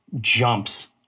jumps